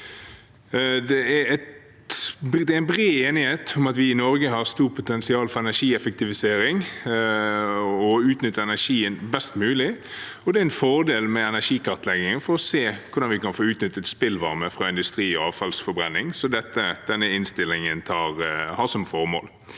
Det er bred enighet om at vi i Norge har stort potensial for energieffektivisering og å utnytte energien best mulig. Det er en fordel med energikartlegging for å se hvordan vi kan få utnyttet spillvarme fra industri og avfallsforbrenning. Det er et formål